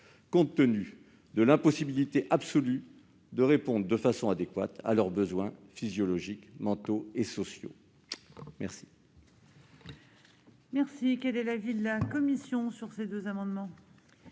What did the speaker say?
compte tenu de l'impossibilité absolue de répondre de façon adéquate à leurs besoins physiologiques, mentaux et sociaux. Quel